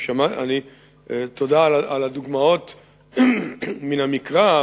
תודה על הדוגמאות מן המקרא,